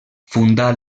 fundà